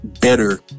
better